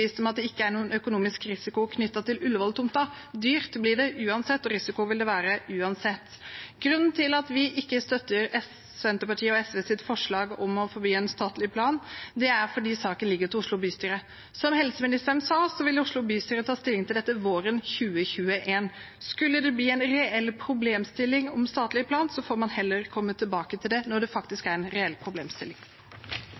at det ikke er noen økonomisk risiko knyttet til Ullevål-tomta. Dyrt blir det uansett, og risiko vil det være uansett. Grunnen til at vi ikke støtter forslaget fra Senterpartiet og SV om å forby en statlig plan, er at saken ligger til Oslo bystyre. Som helseministeren sa, vil Oslo bystyre ta stilling til dette våren 2021. Skulle det bli en reell problemstilling om statlig plan, får man heller komme tilbake til det når det faktisk